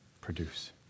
produce